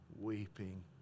weeping